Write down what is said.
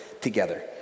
together